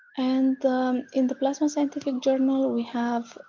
and in the plasma scientific journal, we have